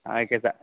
okay sir